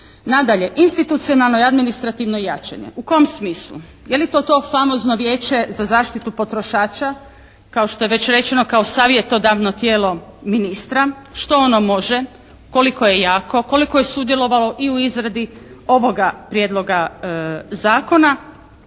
Nadalje, institucionalno i administrativno jačanje. U kom smislu? Je li to to famozno Vijeća za zaštitu potrošača kao što je već rečeno kao savjetodavno tijelo ministra? Što ono može? Koliko je jako? Koliko je sudjelovalo i u izradi ovoga prijedloga zakona?